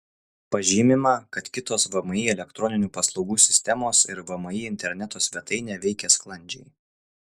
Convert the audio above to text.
pažymima kad kitos vmi elektroninių paslaugų sistemos ir vmi interneto svetainė veikia sklandžiai